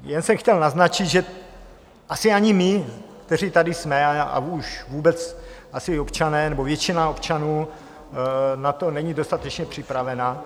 Jen jsem chtěl naznačit, že asi ani my, kteří tady jsme, a vůbec asi i občané nebo většina občanů na to není dostatečně připravena.